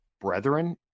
brethren